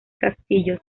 castillo